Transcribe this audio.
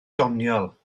doniol